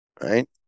Right